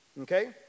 Okay